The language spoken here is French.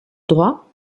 droit